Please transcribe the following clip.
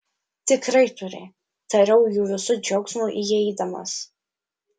tikrai turi tariau jų visų džiaugsmui įeidamas